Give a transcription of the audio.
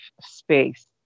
space